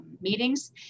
meetings